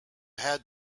had